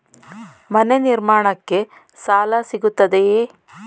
ಮನೆ ನಿರ್ಮಾಣಕ್ಕೆ ಸಾಲ ಸಿಗುತ್ತದೆಯೇ?